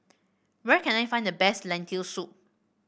where can I find the best Lentil Soup